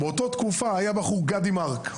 באותה תקופה היה בחור ששמו גדי מארק.